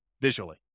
visually